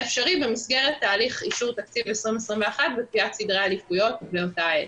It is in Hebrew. אפשרי במסגרת תהליך אישור תקציב 2021 וקביעת סדרי עדיפויות לאותה עת.